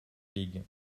league